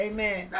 Amen